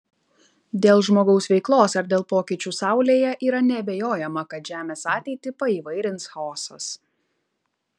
dėl žmogaus veiklos ar dėl pokyčių saulėje yra neabejojama kad žemės ateitį paįvairins chaosas